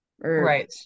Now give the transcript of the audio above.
right